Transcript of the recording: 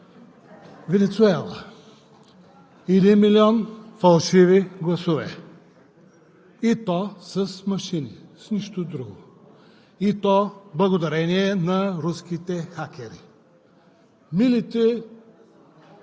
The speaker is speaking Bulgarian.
Венецуела. Един милион фалшиви гласове, и то с машини – с нищо друго, и то благодарение на руските хакери. Милите